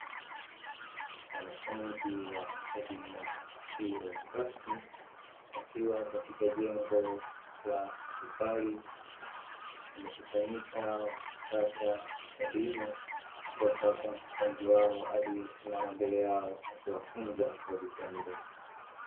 Wanafunzi wa elimu isiyo rasmi wakiwa katika jengo la tofali wamekusanyika wakipata elimu kutoka kwa mkufunzi wao aliyesimama mbele yao akiwafunza kwa vitendo.